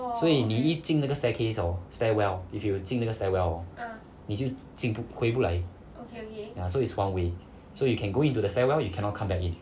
所以你一进那个 staircase hor stairwell if you 进那个 stairwell 你就进回不来 ya so is one way so you can go into the stairwell you cannot come back in